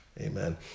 Amen